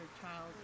child